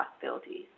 possibilities